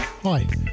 Hi